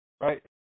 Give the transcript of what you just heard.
right